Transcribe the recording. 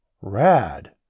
Rad